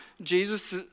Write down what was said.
jesus